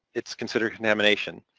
it's considered a contamination.